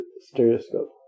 stereoscope